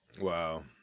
Wow